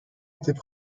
étaient